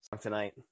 tonight